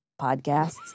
podcasts